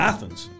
Athens